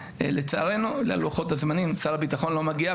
לצערנו בגלל לוחות הזמנים שר הביטחון לא יגיע,